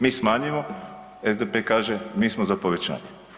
Mi smanjujemo, SDP kaže mi smo za povećanje.